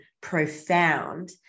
profound